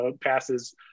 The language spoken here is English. passes